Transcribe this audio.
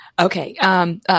Okay